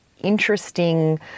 interesting